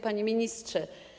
Panie Ministrze!